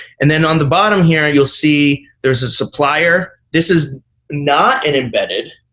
and then on the bottom here, you'll see there's a supplier. this is not an embedded